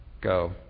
go